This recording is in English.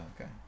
okay